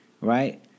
right